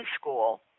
school